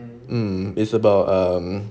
mm it's about um